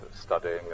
studying